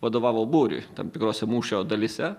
vadovavo būriui tam tikrose mūšio dalyse